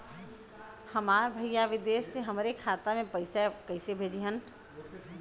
हमार भईया विदेश से हमारे खाता में पैसा कैसे भेजिह्न्न?